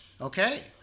Okay